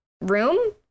room